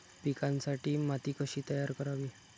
पिकांसाठी माती कशी तयार करावी?